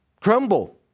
crumble